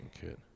kid